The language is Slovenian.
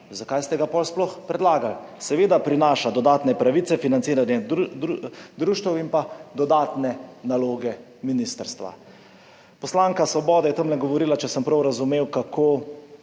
Zakaj ste ga potem sploh predlagali? Seveda prinaša dodatne pravice, financiranje društev in dodatne naloge ministrstva. Poslanka Svobode je tam govorila, če sem prav razumel, kako